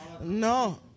no